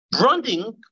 Branding